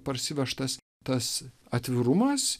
parsivežtas tas atvirumas